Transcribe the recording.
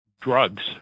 drugs